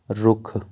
ਰੁੱਖ